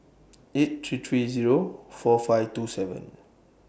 eight three three Zero four five two seven